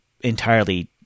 entirely